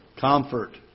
Comfort